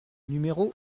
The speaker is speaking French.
numéro